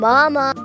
Mama